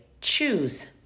Choose